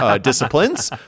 disciplines